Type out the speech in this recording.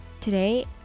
Today